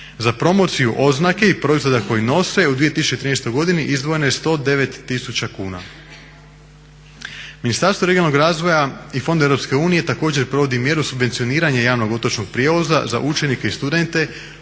Za promociju oznake i proizvoda koji nose u 2013. izdvojeno je 109 000 kuna. Ministarstvo regionalnog razvoja i fondova EU također provodi mjeru subvencioniranja javnog otočnog prijevoza za učenike i studente,